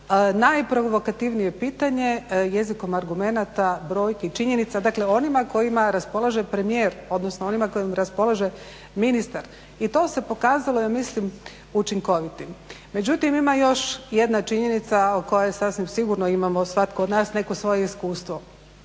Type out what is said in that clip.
najprovokativnije pitanje jezikom argumenata, brojki, činjenica dakle onima kojima raspolaže premijer, odnosno onima kojima raspolaže ministar. I to se pokazalo ja mislim učinkovitim. Međutim, ima još jedna činjenica o kojoj sasvim sigurno imamo svatko od nas neko svoje iskustvo.